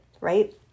right